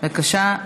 בבקשה,